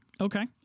Okay